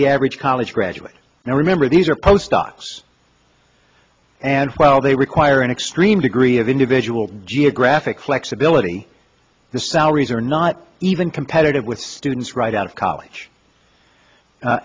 the average college graduate now remember these are postdocs and while they require an extreme degree of individual geographic flexibility the salaries are not even competitive with students right out of college